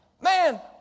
Man